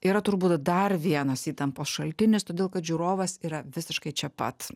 yra turbūt dar vienas įtampos šaltinis todėl kad žiūrovas yra visiškai čia pat